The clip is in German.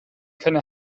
keine